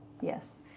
Yes